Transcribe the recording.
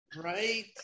right